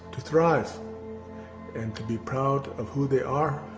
to thrive and to be proud of who they are,